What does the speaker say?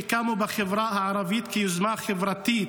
שקמו בחברה הערבית כיוזמה חברתית,